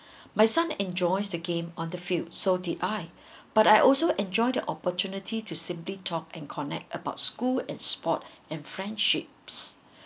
my son enjoys the game on the field so did I but I also enjoy the opportunity to simply talk and connect about school and sport and friendships